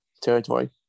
territory